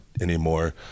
anymore